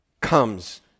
comes